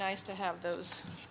nice to have those